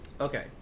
Okay